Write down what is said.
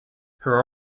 her